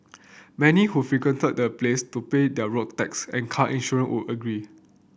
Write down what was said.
many who frequented the place to pay their road taxe and car insurance would agree